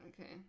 Okay